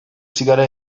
sigara